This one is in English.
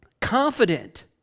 confident